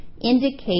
indicate